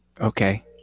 Okay